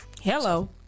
Hello